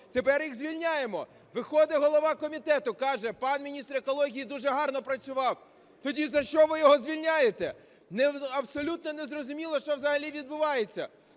тепер їх звільняємо. Виходить голова комітету, каже: "Пан міністр екології дуже гарно працював". Тоді за що ви його звільняєте? Абсолютно незрозуміло, що взагалі відбувається.